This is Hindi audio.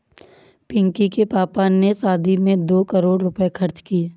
पिंकी के पापा ने शादी में दो करोड़ रुपए खर्च किए